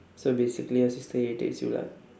so basically your sister irritates you lah